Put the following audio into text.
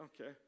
Okay